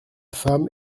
femme